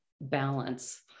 balance